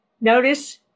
Notice